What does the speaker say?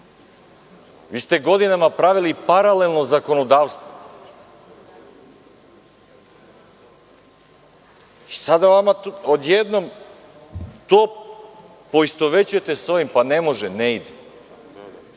Vi ste godinama pravili paralelno zakonodavstvo. Sada vi to poistovećujete sa ovim. Ne može, ne ide.